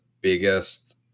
biggest